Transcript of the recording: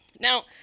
Now